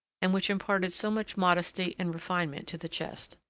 and which imparted so much modesty and refinement to the chest.